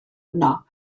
yno